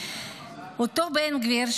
אותו בן גביר,